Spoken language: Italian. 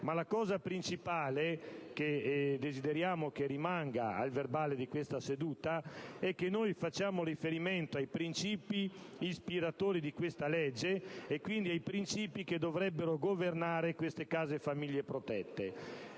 Il punto principale (che desideriamo rimanga a verbale della seduta) è che noi facciamo riferimento ai princìpi ispiratori di questo provvedimento e quindi ai princìpi che dovrebbero governare le case famiglia protette.